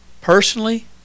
personally